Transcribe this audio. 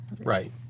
Right